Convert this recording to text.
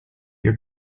your